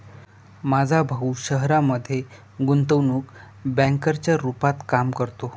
माझा भाऊ शहरामध्ये गुंतवणूक बँकर च्या रूपात काम करतो